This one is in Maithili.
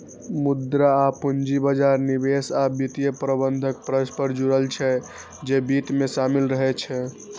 मुद्रा आ पूंजी बाजार, निवेश आ वित्तीय प्रबंधन परस्पर जुड़ल छै, जे वित्त मे शामिल रहै छै